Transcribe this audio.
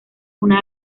una